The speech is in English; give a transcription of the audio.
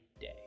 day